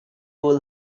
will